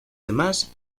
demás